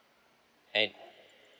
and